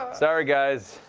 sorry, guys.